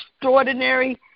extraordinary